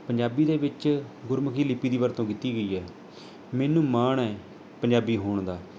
ਪੰਜਾਬੀ ਦੇ ਵਿੱਚ ਗੁਰਮੁਖੀ ਲਿਪੀ ਦੀ ਵਰਤੋਂ ਕੀਤੀ ਗਈ ਹੈ ਮੈਨੂੰ ਮਾਣ ਹੈ ਪੰਜਾਬੀ ਹੋਣ ਦਾ